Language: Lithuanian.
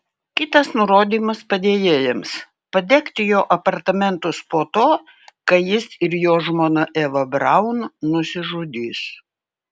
kitas nurodymas padėjėjams padegti jo apartamentus po to kai jis ir jo žmona eva braun nusižudys